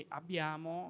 abbiamo